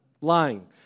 Lying